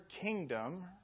kingdom